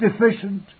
deficient